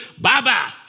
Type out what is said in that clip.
Bye-bye